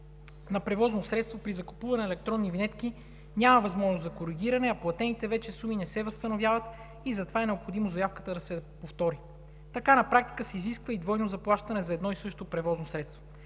на превозно средство при закупуване на електронни винетки няма възможност за коригиране, а платените вече суми не се възстановяват и затова е необходимо заявката да се повтори. Така на практика се изисква и двойно заплащане за едно и също превозно средство.